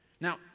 Now